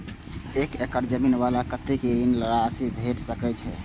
एक एकड़ जमीन वाला के कतेक ऋण राशि भेट सकै छै?